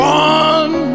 one